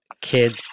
kid's